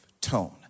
tone